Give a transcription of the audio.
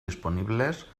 disponibles